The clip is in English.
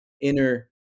inner